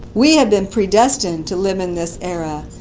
we have been predestined to live in this era,